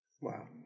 Wow